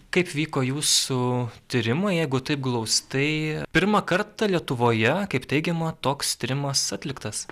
kaip vyko jūsų tyrimai jeigu taip glaustai pirmą kartą lietuvoje kaip teigiama toks tyrimas atliktas